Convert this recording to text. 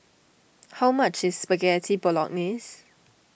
how much is Spaghetti Bolognese